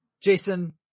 Jason